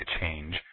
change